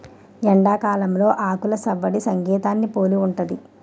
ఎండాకాలంలో ఆకులు సవ్వడి సంగీతాన్ని పోలి ఉంటది